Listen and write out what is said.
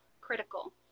critical